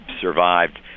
survived